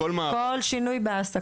כל שינוי בהעסקה.